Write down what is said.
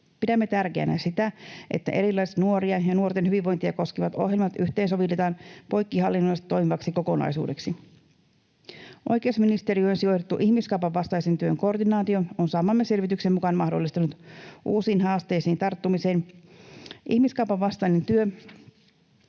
Pidämme tärkeänä, että erilaisia nuoria ja nuorten hyvinvointia koskevat ohjelmat yhteensovitetaan poikkihallinnollisesti toimivaksi kokonaisuudeksi. Oikeusministeriöön sijoitettu ihmiskaupan vastaisen työn koordinaatio on saamamme selvityksen mukaan mahdollistanut tarttumisen uusiin haasteisiin. Ihmiskaupan vastainen työ